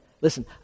Listen